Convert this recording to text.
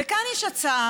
וכאן יש הצעה,